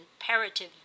imperative